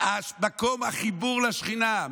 מקום החיבור לשכינה.